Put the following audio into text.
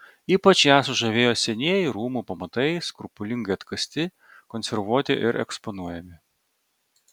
ypač ją sužavėjo senieji rūmų pamatai skrupulingai atkasti konservuoti ir eksponuojami